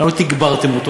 למה לא תגברתם אותה?